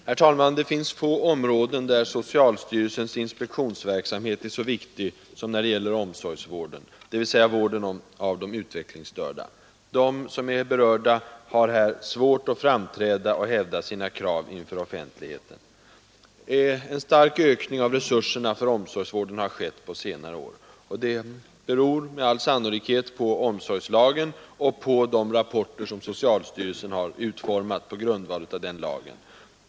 Herr talman! Det finns få områden där socialstyrelsens inspektionsverksamhet är så viktig som när det gäller omsorgsvården, dvs. vården av de utvecklingsstörda. De berörda har svårt att framträda och hävda sina krav inför offentligheten. En stark ökning av resurserna för omsorgsvården har skett på senare år. Det beror med all sannolikhet på omsorgslagen och på de rapporter som socialstyrelsen har utformat på grundval av denna lag.